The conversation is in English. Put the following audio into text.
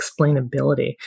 explainability